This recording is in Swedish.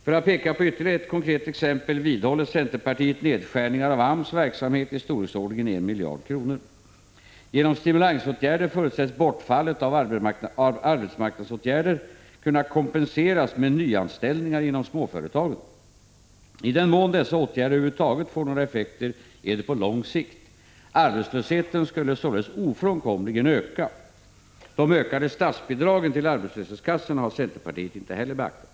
För att peka på ytterligare ett konkret exempel vidhåller centerpartiet nedskärningar av AMS verksamhet i storleksordningen en miljard kronor. Genom stimulansåtgärder förutsätts bortfallet av arbetsmarknadsåtgärder kunna kompenseras med nyanställningar inom småföretagen. I den mån dessa åtgärder över huvud taget får några effekter är det på lång sikt. Arbetslösheten skulle således ofrånkomligen öka. De ökade statsbidragen till arbetslöshetskassorna har centerpartiet inte heller beaktat.